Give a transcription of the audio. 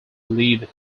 believe